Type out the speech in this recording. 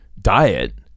diet